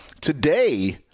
today